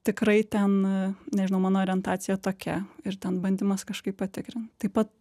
tikrai ten nežinau mano orientacija tokia ir ten bandymas kažkaip patikrint taip pat